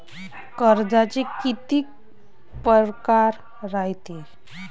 कर्जाचे कितीक परकार रायते?